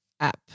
App